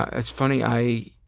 ah that's funny, i